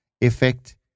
effect